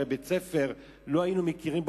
הרי כבית-ספר לא היינו מכירים בו,